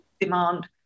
demand